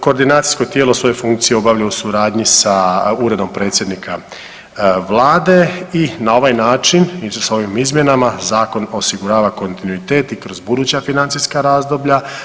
Koordinacijsko tijelo svoje funkcije obavlja u suradnji sa Uredom predsjednika Vlade i na ovaj način … [[ne razumije se]] s ovim izmjenama zakon osigurava kontinuitet i kroz buduća financijska razdoblja.